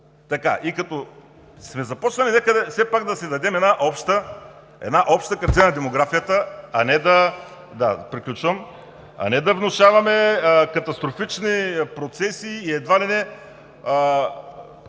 И като сме започнали, нека все пак да си дадем една обща картина за демографията, а не да внушаваме катастрофични процеси и твърдения